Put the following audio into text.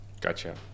Gotcha